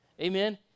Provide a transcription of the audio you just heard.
Amen